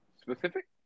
Specific